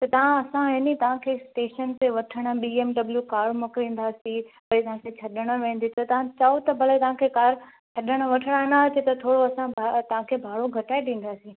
हा असां आहे नि तव्हांखे स्टेशन ते वठणु बीएमडब्लु कार मोकिलींदासीं वरी तव्हांखे छॾणु वेंदा त तां चओ त भले तव्हांखे कार छॾण वठण न अचे त थोरो असां तव्हांखे भाड़ो घटाए डींदासीं